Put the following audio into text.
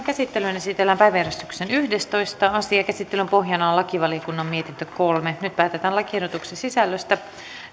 käsittelyyn esitellään päiväjärjestyksen yhdestoista asia käsittelyn pohjana on lakivaliokunnan mietintö kolme nyt päätetään lakiehdotuksen sisällöstä